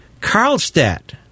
Karlstadt